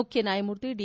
ಮುಖ್ಯ ನ್ಯಾಯಮೂರ್ತಿ ದಿ